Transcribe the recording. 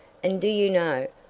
and do you know,